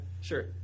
Sure